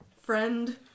friend